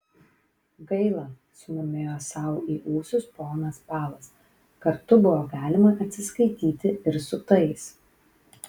gaila sumurmėjo sau į ūsus ponas palas kartu buvo galima atsiskaityti ir su tais